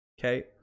Okay